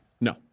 no